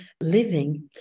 living